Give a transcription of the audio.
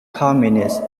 communist